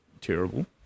terrible